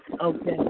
Okay